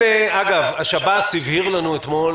השב"ס הבהיר לנו אתמול